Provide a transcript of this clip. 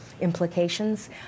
implications